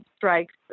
Strikes